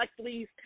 please